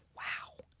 wow,